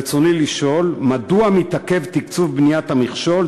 רצוני לשאול: מדוע מתעכב תקצוב בניית המכשול,